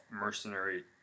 mercenary